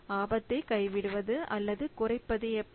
ஆபத்தை கைவிடுவது அல்லது குறைப்பது எப்படி